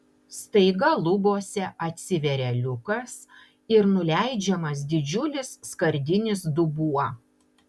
staiga lubose atsiveria liukas ir nuleidžiamas didžiulis skardinis dubuo